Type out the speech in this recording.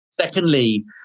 Secondly